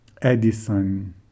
Edison